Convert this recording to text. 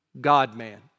God-man